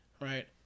right